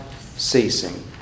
ceasing